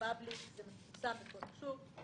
זה מפורסם בכל השוק.